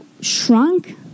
shrunk